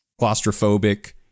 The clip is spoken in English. claustrophobic